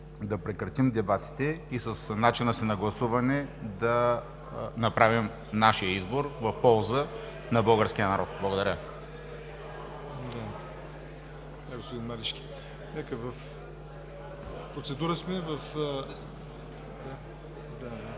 да прекратим дебатите и с начина си на гласуване да направим нашия избор в полза на българския народ. (Реплики.)